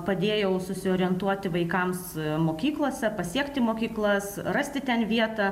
padėjau susiorientuoti vaikams mokyklose pasiekti mokyklas rasti ten vietą